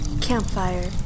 Campfire